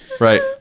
Right